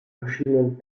verschiedenen